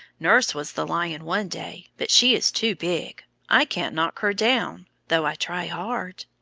nurse was the lion one day, but she is too big i can't knock her down, though i try hard.